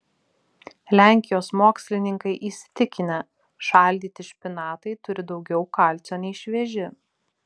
lenkijos mokslininkai įsitikinę šaldyti špinatai turi daugiau kalcio nei švieži